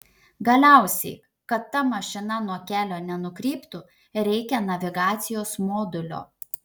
galiausiai kad ta mašina nuo kelio nenukryptų reikia navigacijos modulio